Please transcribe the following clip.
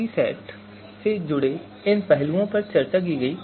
fuzzy set से जुड़े इन पहलुओं पर चर्चा की गई